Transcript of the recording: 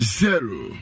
zero